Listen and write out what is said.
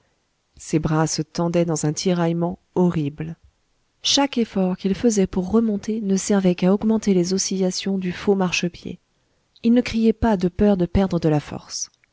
ses bras se tendaient dans un tiraillement horrible chaque effort qu'il faisait pour remonter ne servait qu'à augmenter les oscillations du faux marchepied il ne criait pas de peur de perdre de la force